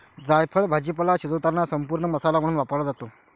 जायफळ भाजीपाला शिजवताना संपूर्ण मसाला म्हणून वापरला जातो